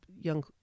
young